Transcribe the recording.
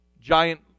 giant